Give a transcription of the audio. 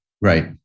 right